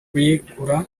kuyigura